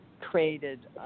created